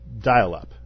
dial-up